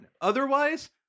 otherwise